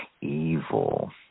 evil